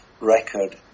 record